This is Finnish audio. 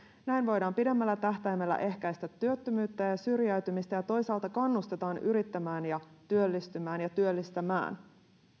näin voidaan pidemmällä tähtäimellä ehkäistä työttömyyttä ja syrjäytymistä ja toisaalta kannustetaan yrittämään ja työllistymään ja työllistämään